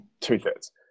two-thirds